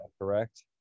Correct